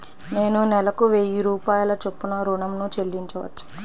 నేను నెలకు వెయ్యి రూపాయల చొప్పున ఋణం ను చెల్లించవచ్చా?